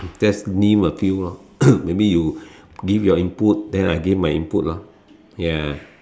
just name a few lor maybe you give your input then I give my input lor ya